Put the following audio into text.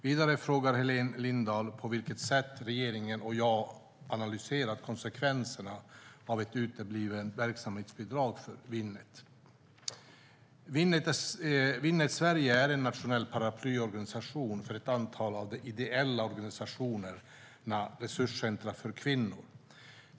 Vidare frågar Helena Lindahl på vilket sätt regeringen och jag analyserat konsekvenserna av ett uteblivet verksamhetsbidrag för Winnet. Winnet Sverige är en nationell paraplyorganisation för ett antal av de ideella organisationerna resurscentra för kvinnor.